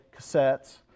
cassettes